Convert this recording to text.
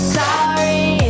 sorry